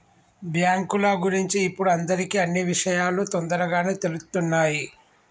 బ్యేంకుల గురించి ఇప్పుడు అందరికీ అన్నీ విషయాలూ తొందరగానే తెలుత్తున్నయ్